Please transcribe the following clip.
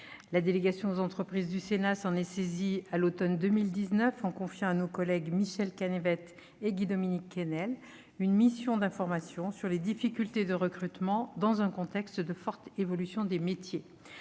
La délégation aux entreprises du Sénat s'en est saisie à l'automne 2019, en confiant à nos collègues Michel Canevet et Guy-Dominique Kennel une mission d'information sur les difficultés de recrutement dans un contexte de forte évolution des métiers.